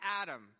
Adam